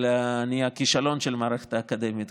אני הכישלון של המערכת האקדמית,